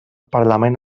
parlament